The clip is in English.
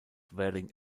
wearing